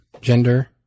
gender